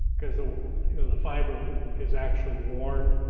because the the fiber is actually worn.